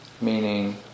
meaning